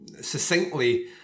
succinctly